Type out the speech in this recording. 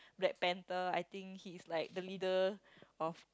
Black-Panther I think he is like the leader of